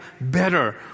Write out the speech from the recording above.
better